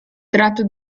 tratto